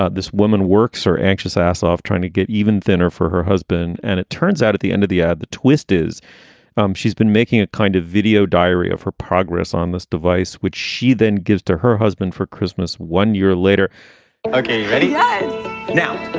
this woman works are anxious ah so assaraf trying to get even thinner for her husband. and it turns out at the end of the ad, the twist is um she's been making a kind of video diary of her progress on this device, which she then gives to her husband for christmas one year later okay. and yeah now,